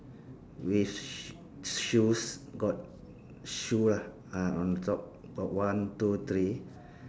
with shoes got shoe ah on top got one two three